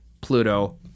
Pluto